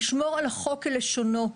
לשמור על החוק כלשונו.